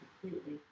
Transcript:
completely